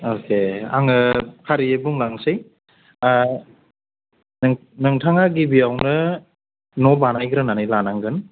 अखे आङो फारियै बुंलांसै नोंथाङा गिबियावनो न' बानायग्रोनानै लानांगोन